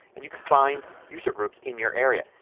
and you can find user groups in your area.